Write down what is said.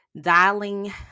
dialing